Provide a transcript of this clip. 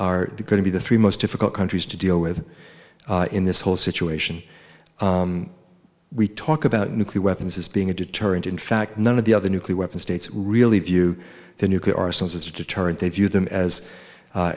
are going to be the three most difficult countries to deal with in this whole situation we talk about nuclear weapons as being a deterrent in fact none of the other nuclear weapons states really view the nuclear arsenals as a deterrent they view them as